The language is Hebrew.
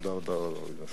תודה רבה, אדוני היושב-ראש.